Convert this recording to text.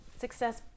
Success